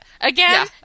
Again